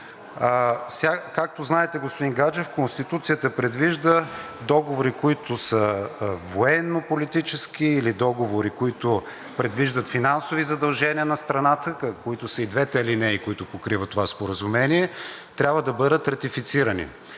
Както знаете, господин Гаджев, Конституцията предвижда договори, които са военно-политически, или договори, които предвиждат финансови задължения на страната, които са и двете алинеи, които покрива това споразумение, трябва да бъдат ратифицирани.